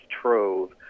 trove